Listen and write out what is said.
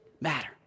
matter